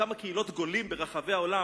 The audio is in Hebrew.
בכמה קהילות גולים ברחבי העולם,